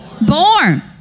Born